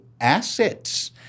assets